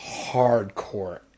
hardcore